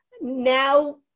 now